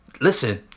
listen